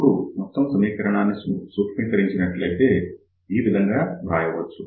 ఇప్పుడు మొత్తం సమీకరణాన్ని సూక్ష్మీకరించినట్లయితే ఈ విధంగా వ్రాయవచ్చు